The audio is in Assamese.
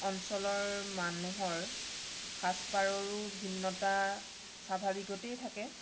অঞ্চলৰ মানুহৰ সাজ পাৰৰো ভিন্নতা স্বাভাৱিকতেই থাকে